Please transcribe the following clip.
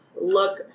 look